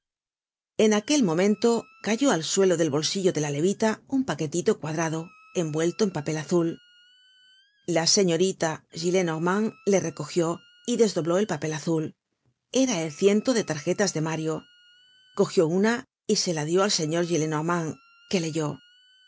en aquel momento cayó al suelo del bolsillo de la levita un paquetito cuadrado envuelto en papel azul la señorita gillenormand le recogió y desdobló el papel azul era el ciento de tarjetas de mario cogió una y se la dió al señor gillenormand que leyó